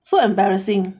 so embarrassing